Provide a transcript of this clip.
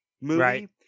movie